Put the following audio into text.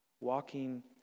Walking